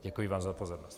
Děkuji vám za pozornost.